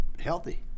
healthy